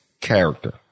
character